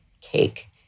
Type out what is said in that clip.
cake